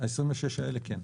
ב-26 האלה כן.